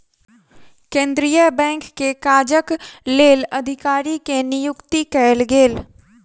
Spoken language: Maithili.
केंद्रीय बैंक के काजक लेल अधिकारी के नियुक्ति कयल गेल